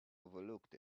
overlooked